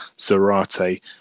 zarate